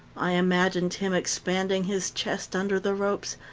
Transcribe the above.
i imagined him expanding his chest under the ropes,